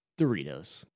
Doritos